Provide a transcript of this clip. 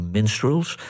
Minstrels